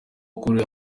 akorera